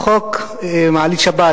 חוק מעלית שבת,